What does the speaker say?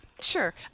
Sure